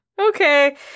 Okay